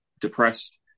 depressed